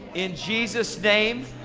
in jesus name,